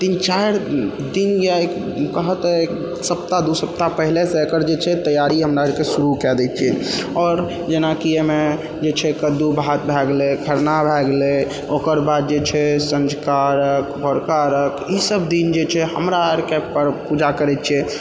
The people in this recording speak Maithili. तीन चारि दिन या कहितऽ सप्ताह दू सप्ताह पहिनेसँ एकरा तैयारी हमरा अरके शुरू कए दै छियै आओर जेनाकि एहिमे जे छै कद्दू भात भए गेलै खरना भए गेलै ओकर बाद जे छै सञ्झुका अर्घ्य भोरका अर्घ्य ई सब दिन जे छै हमरा अरके पूजा करै छियै